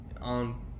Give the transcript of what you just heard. on –